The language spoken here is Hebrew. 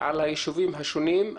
על היישובים השונים.